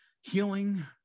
healing